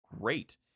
Great